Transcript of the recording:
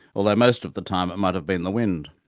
although most of the time it might have been the wind.